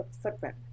footprint